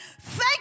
Thank